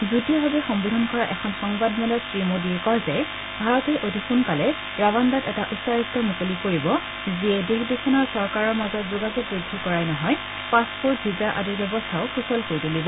যুটীয়াভাৱে সম্বোধন কৰা এখন সংবাদমেলত শ্ৰীমোদীয়ে কয় যে ভাৰতে অতি সোনকালে ৰাৱাণ্ডাত এটা উচ্চ আয়ুক্ত মুকলি কৰিব যিয়ে দেশদুখনৰ চৰকাৰৰ মাজত যোগাযোগ বৃদ্ধি কৰাই নহয় পাছপৰ্ট ভিজা আদিৰ ব্যৱস্থা সুচল কৰি তুলিব